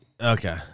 Okay